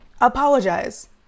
Apologize